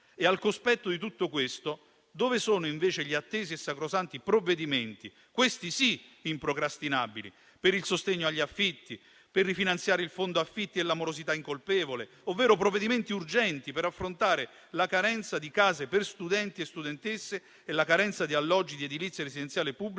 Al cospetto di tutto questo, dove sono invece gli attesi e sacrosanti provvedimenti, questi sì improcrastinabili, per il sostegno agli affitti, per rifinanziare il fondo affitti e morosità incolpevole, ovvero i provvedimenti urgenti per affrontare la carenza di case per studenti e studentesse e di alloggi di edilizia residenziale pubblica